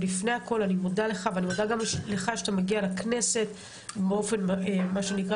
אני מודה לך ואני גם מודה לך שאתה מגיע לכנסת באופן קבוע